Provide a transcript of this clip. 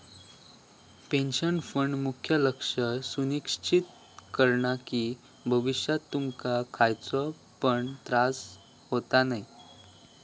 pension fund मुख्य लक्ष सुनिश्चित करता कि भविष्यात तुमका खयचो पण त्रास होता नये